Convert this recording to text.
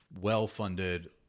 well-funded